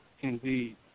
Indeed